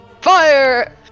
fire